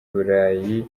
burayi